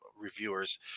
reviewers